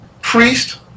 priest